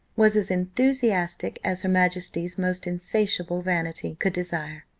was as enthusiastic as her majesty's most insatiable vanity could desire.